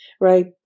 Right